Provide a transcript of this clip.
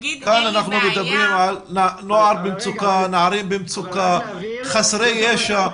כאן אנחנו מדברים על נערים במצוקה, חסרי ישע.